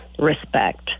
respect